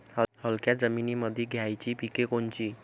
हलक्या जमीनीमंदी घ्यायची पिके कोनची?